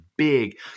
big